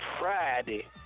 Friday